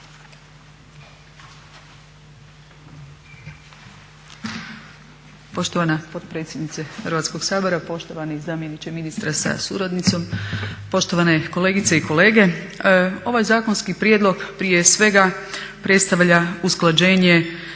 Poštovana potpredsjednice Hrvatskoga sabora, poštovani zamjeniče ministra sa suradnicom, poštovane kolegice i kolege. Ovaj zakonski prijedlog prije svega predstavlja usklađenje